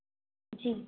जी